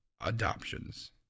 adoptions